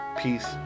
peace